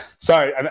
Sorry